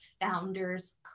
Founders